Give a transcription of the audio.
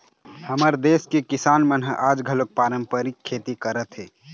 हमर देस के किसान मन ह आज घलोक पारंपरिक खेती करत हे